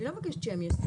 אני לא מבקשת שהם יוסטו,